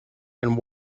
and